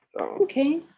Okay